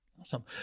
Awesome